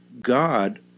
God